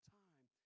time